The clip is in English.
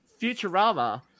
Futurama